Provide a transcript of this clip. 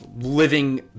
living